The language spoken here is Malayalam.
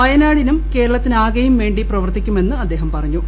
വയനാടിനും കേരളത്തിനാകെയും വേണ്ടി പ്രവർത്തിക്കുമെന്ന് അദ്ദേഹം പറഞ്ഞു